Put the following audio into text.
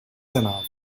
enough